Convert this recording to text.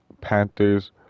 Panthers